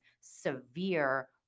severe